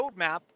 roadmap